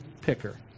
picker